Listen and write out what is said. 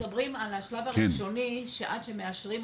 הם מדברים על השלב הראשוני ועד שהוא מאושר,